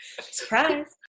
Surprise